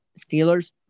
Steelers